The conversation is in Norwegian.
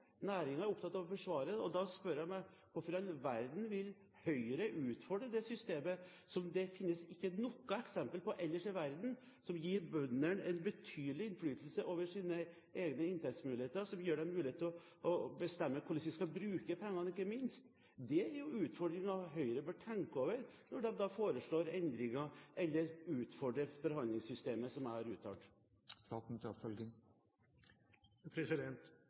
er opptatt av å forsvare det, og da spør jeg meg: Hvorfor i all verden vil Høyre utfordre det systemet som det ikke finnes noe eksempel på ellers i verden, som gir bøndene en betydelig innflytelse over sine egne inntektsmuligheter, og som gir dem mulighet til å bestemme hvordan vi skal bruke pengene, ikke minst? Det er utfordringer Høyre bør tenke over når de foreslår endringer, eller utfordrer forhandlingssystemet, som